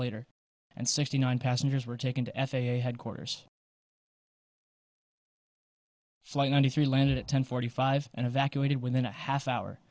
later and sixty nine passengers were taken to f a a headquarters flight ninety three landed at ten forty five and evacuated within a half hour